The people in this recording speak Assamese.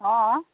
অঁ